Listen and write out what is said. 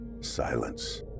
Silence